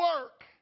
work